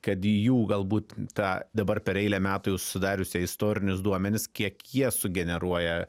kad jų galbūt tą dabar per eilę metų susidariusią istorinius duomenis kiek jie sugeneruoja